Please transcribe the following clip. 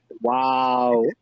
Wow